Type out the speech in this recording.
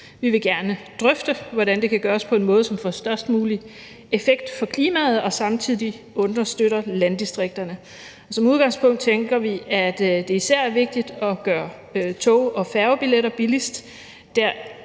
Vi vil gerne drøfte, hvordan det kan gøres på en måde, som får størst mulig effekt for klimaet og samtidig understøtter landdistrikterne, og som udgangspunkt tænker vi, at det især er vigtigt at gøre tog- og færgebilletter billigst